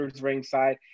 ringside